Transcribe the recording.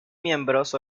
miembros